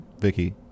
Vicky